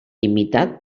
imitat